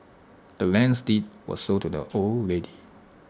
the land's deed was sold to the old lady